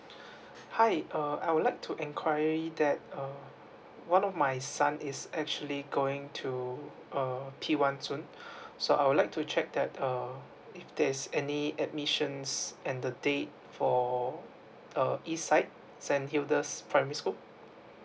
hi um I would like to enquiry that uh one of my son is actually going to uh P one soon so I would like to check that um if there's any admissions and the date for uh east side saint hilda's primary school